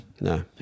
No